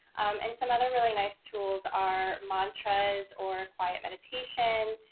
and some other really nice tools are mantras or quiet meditation.